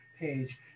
page